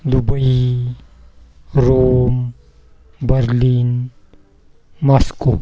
Dubai Rome Berlin Moscow